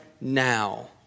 now